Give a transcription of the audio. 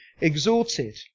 exalted